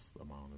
amount